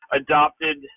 adopted